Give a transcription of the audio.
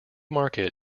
market